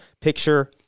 picture